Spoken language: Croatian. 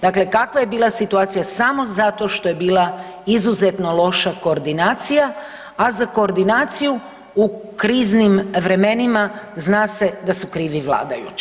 Dakle, kakva je bila situacija samo zato što je bila izuzetno loša koordinacija, a za koordinaciju u kriznim vremenima zna se da su krivi vladajući.